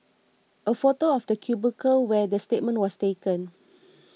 a photo of the cubicle where the statement was taken